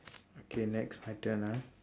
okay next my turn ah